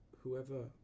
Whoever